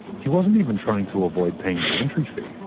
he wasn't even trying to avoid paying the entry fee.